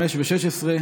5 ו-16,